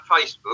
Facebook